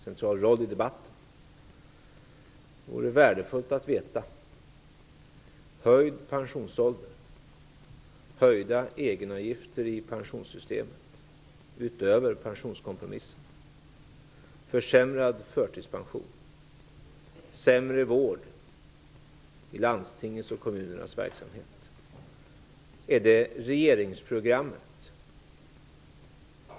Det vore värdefullt att få veta vad som gäller. Höjd pensionsålder, höjda egenavgifter i pensionssystemet utöver pensionskompromissen, försämrad förtidspension, sämre vård i landstingens och kommunernas verksamhet -- är det regeringsprogrammet?